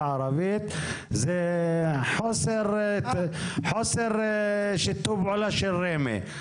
הערבית זה חוסר שיתוף פעולה של רמ"י.